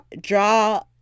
draw